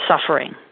suffering